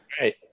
Right